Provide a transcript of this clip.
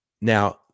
Now